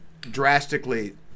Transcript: drastically